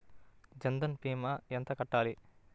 జన్ధన్ భీమా ఎంత కట్టాలి?